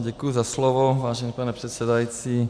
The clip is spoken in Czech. Děkuji za slovo, vážený pane předsedající.